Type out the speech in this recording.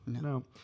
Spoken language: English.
No